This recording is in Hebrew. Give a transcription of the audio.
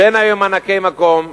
שאין מענקי מקום,